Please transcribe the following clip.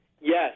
Yes